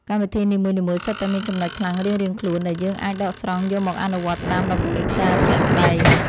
កម្មវិធីនីមួយៗសុទ្ធតែមានចំណុចខ្លាំងរៀងៗខ្លួនដែលយើងអាចដកស្រង់យកមកអនុវត្តតាមតម្រូវការជាក់ស្តែង។